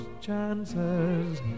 chances